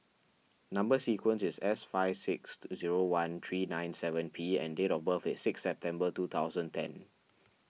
Number Sequence is S five six zero one three nine seven P and date of birth is six September two thousand ten